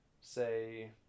say